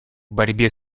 борьбе